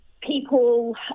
people